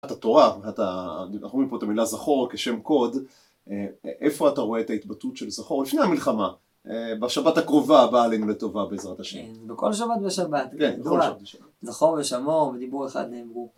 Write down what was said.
את התורה, אנחנו מבינים פה את המילה זכור כשם קוד, איפה אתה רואה את ההתבטאות של זכור לפני המלחמה, בשבת הקרובה הבאה לנו לטובה בעזרת השם. בכל שבת ושבת, זכור ושמור בדיבור אחד נאמרו.